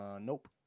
Nope